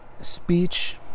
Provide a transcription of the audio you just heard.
speech